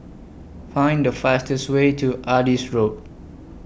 Find The fastest Way to Adis Road